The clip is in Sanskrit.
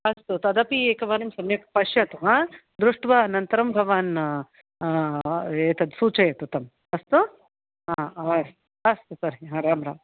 अस्तु तदपि एकवारं सम्यक् पश्यतु दृष्ट्वा अनन्तरं भवान् एतत् सूचयतु तम् अस्तु अ अव अस्तु तर्हि राम् राम्